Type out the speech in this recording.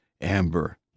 Amber